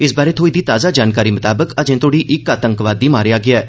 इस बारै थ्होई दी ताजा जानकारी मताबक अजें तोहड़ी इक आतंकवादी मारेया गेआ ऐ